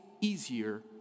easier